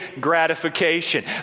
gratification